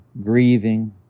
grieving